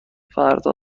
فردا